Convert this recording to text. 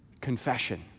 confession